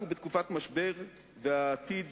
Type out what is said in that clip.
אנחנו בתקופת משבר, והעתיד